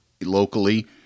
locally